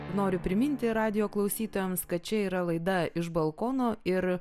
noriu priminti radijo klausytojams kad čia yra laida iš balkono ir